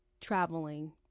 traveling